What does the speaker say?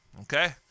Okay